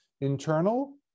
Internal